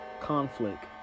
conflict